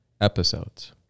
episodes